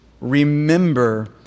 Remember